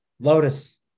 Lotus